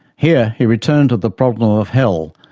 here he returned to the problem of hell,